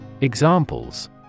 Examples